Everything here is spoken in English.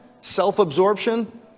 Self-absorption